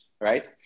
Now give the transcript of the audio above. right